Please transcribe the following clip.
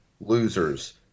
losers